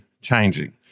changing